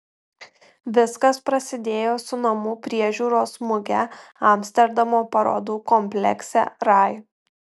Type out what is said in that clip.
viskas prasidėjo su namų priežiūros muge amsterdamo parodų komplekse rai